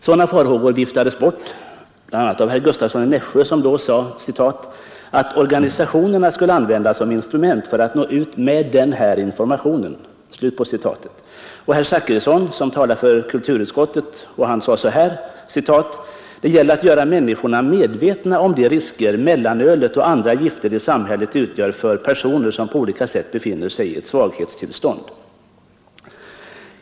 Sådana farhågor viftades bort av bl.a. herr Gustavsson i Nässjö, som sade att organisationerna skulle användas som instrument för att nå ut med den här informationen, och av herr Z skottet och sade att det gäller att göra människorna medvetna om de risker mellanölet och andra gifter i samhället utgör för personer som på olika sätt befinner sig i ett svaghetstillstånd.